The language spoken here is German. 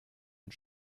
und